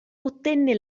ottenne